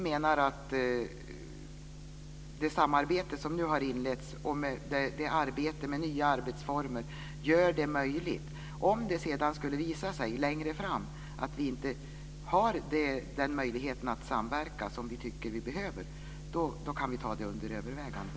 Det samarbete som nu har inletts och de nya mötesformerna gör det möjligt att ta en ändring under övervägande, om det skulle visa sig längre fram om det inte går att samverka i den utsträckning som behövs.